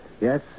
Yes